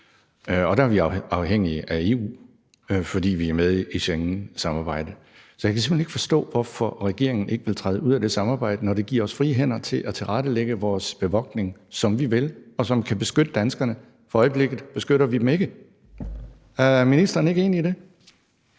og der er vi afhængige af EU, fordi vi er med i Schengensamarbejdet. Så jeg kan simpelt hen ikke forstå, hvorfor regeringen ikke vil træde ud af det samarbejde, når det vil give os frie hænder til at tilrettelægge vores bevogtning, som vi vil, så vi kan beskytte danskerne. For øjeblikket beskytter vi dem ikke. Er ministeren ikke enig i det?